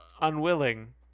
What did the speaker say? unwilling